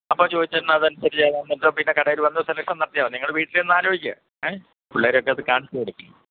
അപ്പം ജോയിച്ചേട്ടന് അത് അനുസരിച്ച് ഏതാണെന്ന് വെച്ചാൽ പിന്നെ കടയിൽ വന്ന് സെലക്ഷന് നടത്തിയാൽ മതി നിങ്ങൾ വീട്ടിലിരുന്ന് ആലോചിക്ക് ഏ പിള്ളേരെ ഒക്കെ അത് കാണിച്ച് കൊടുക്ക്